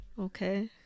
Okay